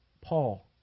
Paul